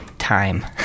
Time